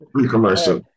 Pre-commercial